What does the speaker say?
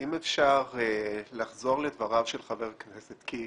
אם אפשר לחזור לדבריו של חבר הכנסת קיש,